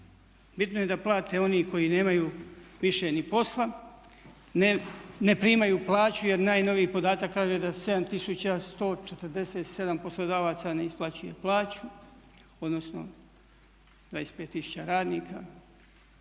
bitno je da plate oni koji nemaju više ni posla, ne primaju plaću jer najnoviji podatak kaže da 7 tisuća 147 poslodavaca ne isplaćuje plaću, odnosno 25 tisuća radnika.